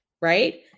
right